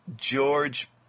George